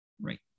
Right